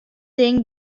ding